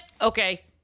okay